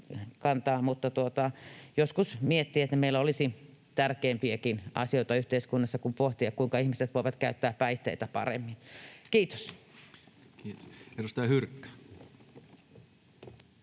mutta joskus miettii, että meillä olisi tärkeämpiäkin asioita yhteiskunnassa kuin pohtia, kuinka ihmiset voivat käyttää päihteitä paremmin. — Kiitos. [Speech 123]